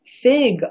fig